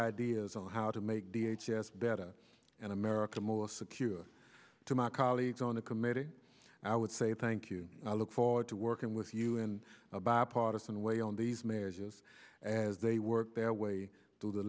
ideas on how to make the h s better and america more secure to my colleagues on the committee i would say thank you i look forward to working with you in a bipartisan way on these marriages as they work their way t